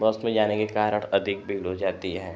बस में जाने के कारण अधिक भीड़ हो जाती हैं